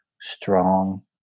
strong